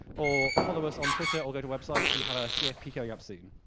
or follow us on twitter, or go to website. we have a cfp coming up soon.